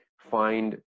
find